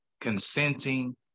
consenting